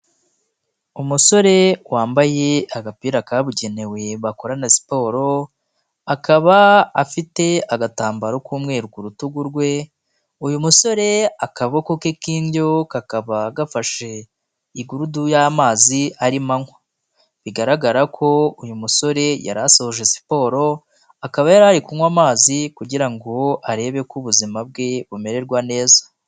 Umusore wambaye agapira kabugenewe bakorana siporo, akaba afite agatambaro k'umweru ku rutugu rwe. Uyu musore akaboko ke k'indyo kakaba gafashe igurudu y'amazi ari anywa, bigaragara ko uyu musore yari asoje siporo. Akaba yari kunywa amazi kugira ngo arebe ko ubuzima bwe bumererwa neza.